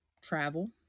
travel